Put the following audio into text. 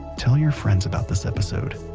tell your friends about this episode.